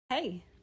Hey